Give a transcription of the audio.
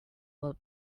will